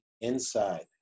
inside